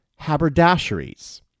haberdasheries